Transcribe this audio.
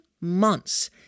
months